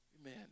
Amen